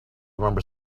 remember